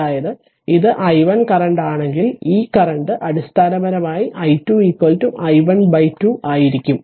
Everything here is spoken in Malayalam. അതായത് ഇത് i1 കറന്റ് ആണെങ്കിൽ ഈ കറന്റ് അടിസ്ഥാനപരമായി i2 i1 2 ആയിരിക്കും